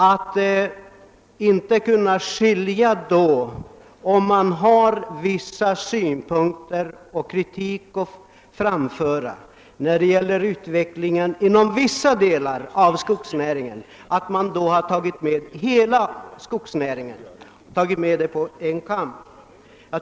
Även om det nu enligt herr Haglund finns en del kritiska synpunkter att framföra när det gäller utvecklingen inom vissa delar av skogsnäringen, bör väl inte hela denna näring skäras över en kam.